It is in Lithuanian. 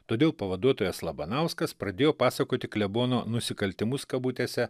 todėl pavaduotojas labanauskas pradėjo pasakoti klebono nusikaltimus kabutėse